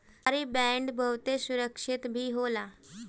सरकारी बांड बहुते सुरक्षित भी होला